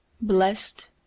BLESSED